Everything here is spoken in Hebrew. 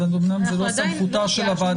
אז אמנם זה לא סמכותה של הועדה.